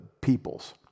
peoples